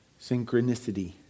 synchronicity